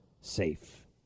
safe